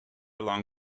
along